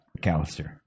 McAllister